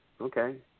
Okay